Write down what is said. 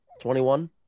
21